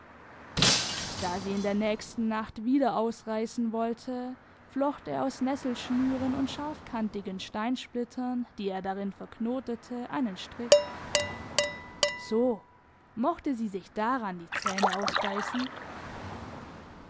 da sie in der nächsten nacht wieder ausreißen wollte flocht er aus nesselschnüren und scharfkantigen steinsplittern die er darin verknotete einen strick so mochte sie sich daran die zähne ausbeißen